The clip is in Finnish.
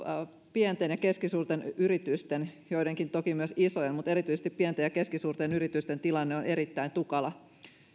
pienten ja keskisuurten yritysten toki myös joidenkin isojen mutta erityisesti pienten ja keskisuurten yritysten tilanne on erittäin tukala